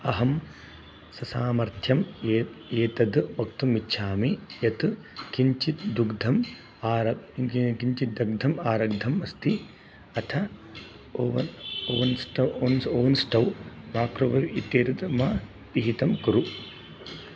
अहं ससामर्थ्यम् एतत् एतद् वक्तुम् इच्छामि यत् किञ्चिद् दग्धुम् आर की किञ्चिद् दुग्धम् आरब्धम् अस्ति अथ oven oven stove ovens oven stove microwave इत्येतत् मा पिहितं कुरु